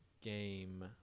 game